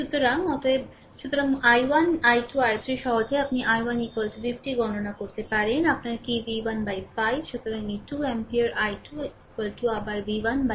সুতরাং অতএব সুতরাং i1 i2 i3 সহজেই আপনি i1 50 গণনা করতে পারেন আপনার কি v1 বাই5 সুতরাং এই 2 অ্যাম্পিয়ার i2 আবার v1 বাই10